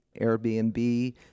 Airbnb